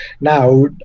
now